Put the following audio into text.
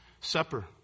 Supper